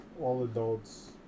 all-adults